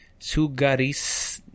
Sugaris